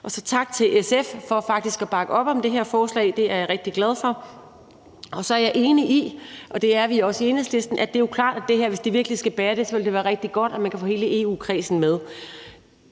Også tak til SF for faktisk at bakke op om det her forslag; det er jeg rigtig glad for. Og så er jeg og vi i Enhedslisten enige i, at det er klart, at hvis det her virkelig skal batte, vil det være rigtig godt, at man kan få hele EU-kredsen med.